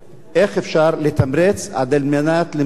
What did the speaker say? איך אפשר לתמרץ על מנת למשוך מומחים,